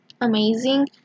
amazing